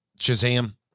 Shazam